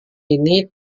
ini